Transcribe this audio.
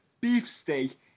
beefsteak